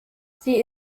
sie